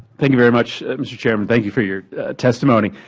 thank you very much, mr. chairman. thank you for your testimony.